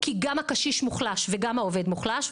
כי גם הקשיש מוחלש וגם העובד מוחלש,